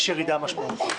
יש ירידה משמעותית,